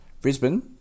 Brisbane